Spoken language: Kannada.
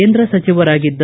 ಕೇಂದ್ರ ಸಚಿವರಾಗಿದ್ದ